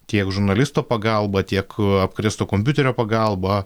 tiek žurnalisto pagalba tiek apkrėsto kompiuterio pagalba